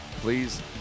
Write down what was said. please